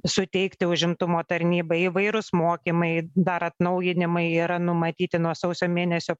suteikti užimtumo tarnyba įvairūs mokymai dar atnaujinimai yra numatyti nuo sausio mėnesio